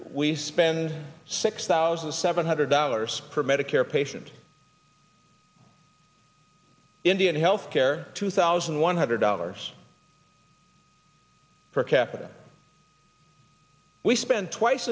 we spend six thousand seven hundred dollars per medicare patient indian health care two thousand one hundred dollars per capita we spend twice